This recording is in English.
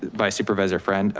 by supervisor friend,